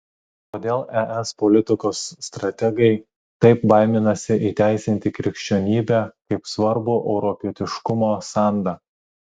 kodėl es politikos strategai taip baiminasi įteisinti krikščionybę kaip svarbų europietiškumo sandą